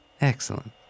Excellent